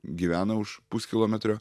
gyvena už puskilometrio